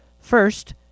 First